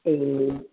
ਅਤੇ